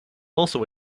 also